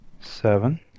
Seven